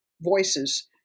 voices